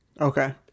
Okay